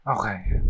Okay